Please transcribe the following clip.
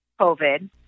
COVID